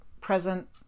present